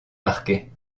marquet